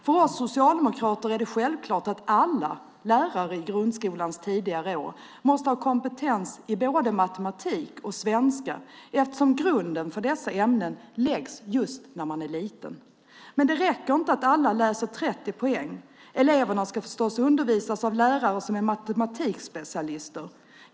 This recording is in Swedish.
För oss socialdemokrater är det självklart att alla lärare i grundskolans tidigare år måste ha kompetens i både matematik och svenska, eftersom grunden för dessa ämnen läggs just när man är liten. Men det räcker inte att alla läser 30 poäng. Eleverna ska förstås undervisas av lärare som är matematikspecialister.